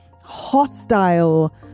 hostile